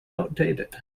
outdated